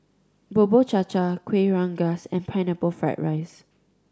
Bubur Cha Cha Kuih Rengas and Pineapple Fried rice